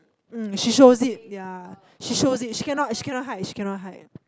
um she shows it ya she shows it she cannot she cannot hide she cannot hide